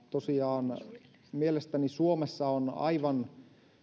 tosiaan mielestäni suomessa on aivan